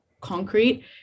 concrete